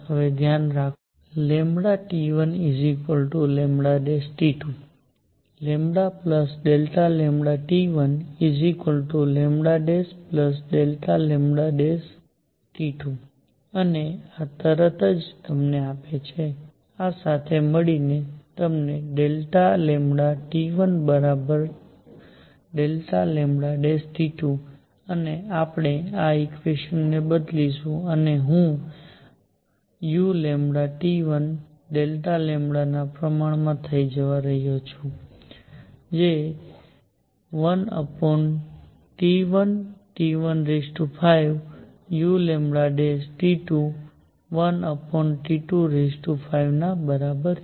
હવે ધ્યાન આપો કે T1λT2 ΔλT1ΔλT2 અને આ તરત જ તમને આપે છે આ સાથે મળીને તમને ΔλT1ΔλT2 અને આપણે આ ઈકવેશનને બદલીશું અને હું u Δλ ના પ્રમાણમાં થવા જઈ રહ્યો છે 1T1T15 જે uλ1T25 ના બરાબર છે